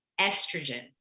estrogen